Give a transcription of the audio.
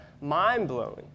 mind-blowing